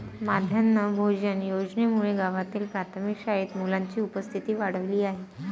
माध्यान्ह भोजन योजनेमुळे गावातील प्राथमिक शाळेत मुलांची उपस्थिती वाढली आहे